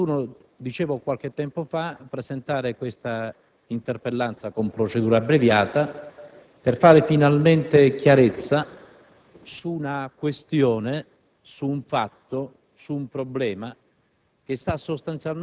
dal nostro Regolamento - presentare questa interpellanza con procedura abbreviata per fare finalmente chiarezza su una questione, su un fatto, su un problema